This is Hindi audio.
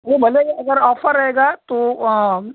वो भले अगर आफर रहेगा तो